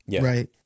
Right